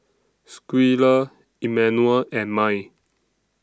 Schuyler Immanuel and Mai